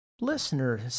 listener